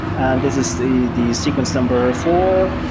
and this is the the sequence number four,